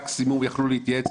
מקסימום יכלו להתייעץ.